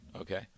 Okay